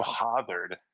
bothered